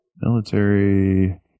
Military